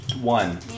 one